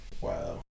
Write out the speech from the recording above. Wow